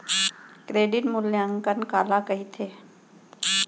Credit मूल्यांकन काला कहिथे?